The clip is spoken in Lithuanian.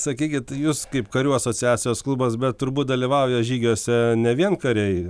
sakykit jūs kaip karių asociacijos klubas bet turbūt dalyvauja žygiuose ne vien kariai